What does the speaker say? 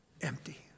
empty